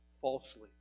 falsely